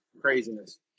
Craziness